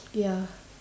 ya